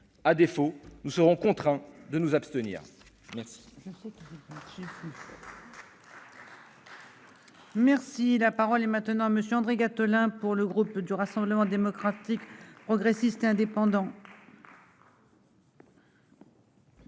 à défaut nous serons contraints de nous abstenir merci.